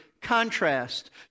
contrast